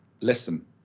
listen